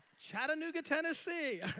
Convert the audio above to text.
chattanooga, tennessee